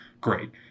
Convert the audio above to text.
great